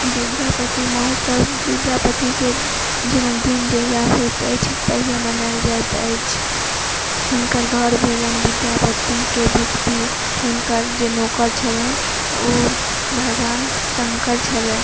विद्यापति महोत्सव विद्यापतिके जन्मदिन जहिआ होइत अछि तहिआ मनायल जाइत अछि हुनकर घर भेलनि विद्यापतिके बिस्फी हुनकर जे नौकर छलनि ओ भगवान शङ्कर छलथि